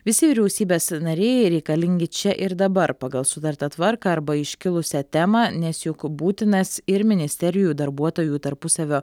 visi vyriausybės nariai reikalingi čia ir dabar pagal sutartą tvarką arba iškilusią temą nes juk būtinas ir ministerijų darbuotojų tarpusavio